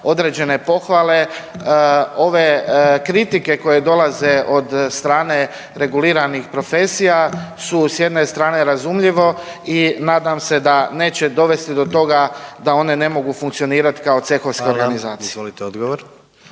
određene pohvale. Ove kritike koje dolaze od strane reguliranih profesija su s jedne strane razumljivo i nadam se da neće dovesti do toga da one ne mogu funkcionirati kao cehovska organizacija.